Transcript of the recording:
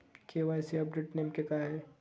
KYC update नेमके काय आहे?